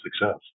success